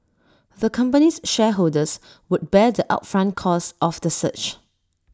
the company's shareholders would bear the upfront costs of the search